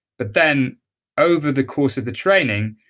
but then over the course of the training,